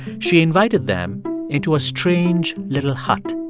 she invited them into a strange, little hut.